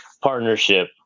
partnership